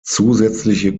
zusätzliche